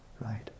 right